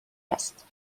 است